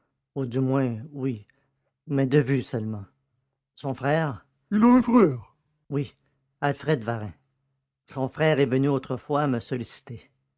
du moins oui mais de vue seulement son frère il a un frère oui alfred varin son frère est venu autrefois me solliciter